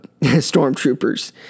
stormtroopers